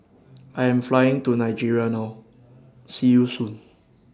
I Am Flying to Nigeria now See YOU Soon